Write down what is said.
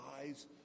eyes